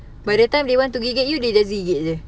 by the time they want to gigit you they just gigit